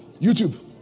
YouTube